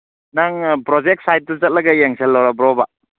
ꯅꯪ ꯄ꯭ꯔꯣꯖꯦꯛ ꯁꯥꯏꯠꯇꯨ ꯆꯠꯂꯒ ꯌꯦꯡꯁꯤꯜꯂꯨꯔꯕꯣꯕꯥ